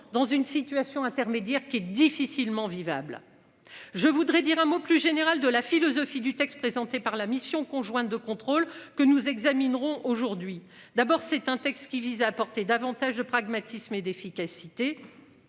dans une situation intermédiaire qui est difficilement vivable. Je voudrais dire un mot plus général de la philosophie du texte présenté par la mission conjointe de contrôle que nous examinerons aujourd'hui d'abord c'est un texte qui vise à apporter davantage de pragmatisme et d'efficacité.